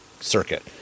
circuit